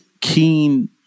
keen